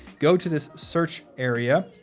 go to this search area,